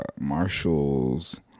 Marshalls